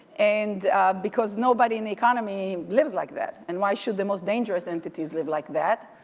and because nobody in the economy lives like that and why should the most dangerous entities live like that?